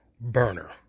burner